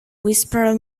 whisperer